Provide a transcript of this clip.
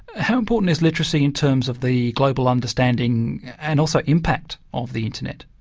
how important is literacy in terms of the global understanding and also impact of the internet?